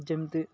ଯେମିତି